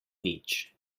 nič